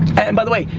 and, by the way,